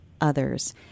others